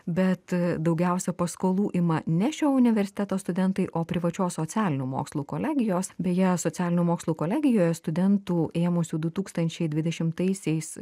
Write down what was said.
bet daugiausia paskolų ima ne šio universiteto studentai o privačios socialinių mokslų kolegijos beje socialinių mokslų kolegijoje studentų ėmusių du tūkstančiai dvidešimtaisiais